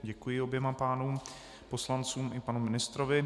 Děkuji oběma pánům, panu poslanci i panu ministrovi.